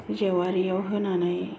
जेवारियाव होनानै